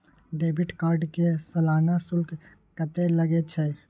Debit card के सालाना शुल्क कत्ते लगे छै?